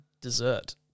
dessert